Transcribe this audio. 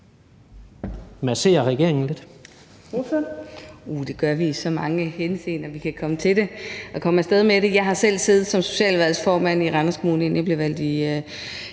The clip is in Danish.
massere regeringen lidt?